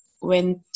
went